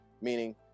meaning